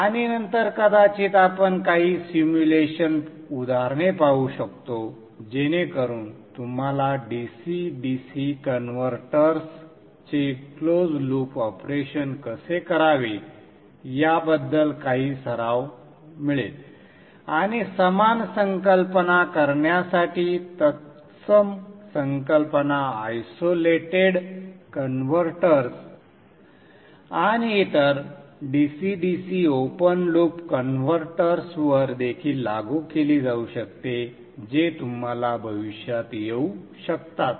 आणि नंतर कदाचित आपण काही सिम्युलेशन उदाहरणे पाहू शकतो जेणेकरुन तुम्हाला DC DC कन्व्हर्टर्सचे क्लोज लूप ऑपरेशन कसे करावे याबद्दल काही सराव मिळेल आणि समान संकल्पना करण्यासाठी तत्सम संकल्पना आयसोलेटेड कन्व्हर्टर्स आणि इतर DC DC ओपन लूप कन्व्हर्टर्सवर देखील लागू केली जाऊ शकते जे तुम्हाला भविष्यात येऊ शकतात